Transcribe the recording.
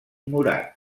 murat